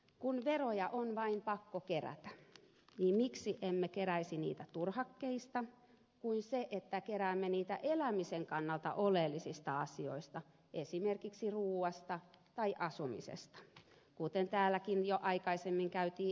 kun veroja on vain pakko kerätä niin miksi emme keräisi niitä turhakkeista kuin että keräämme niitä elämisen kannalta oleellisista asioista esimerkiksi ruuasta tai asumisesta kuten täälläkin jo aikaisemmin käytiin energiaverokeskustelua